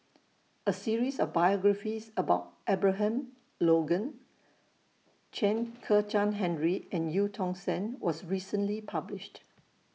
A series of biographies about Abraham Logan Chen Kezhan Henri and EU Tong Sen was recently published